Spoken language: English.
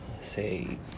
Say